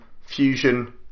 fusion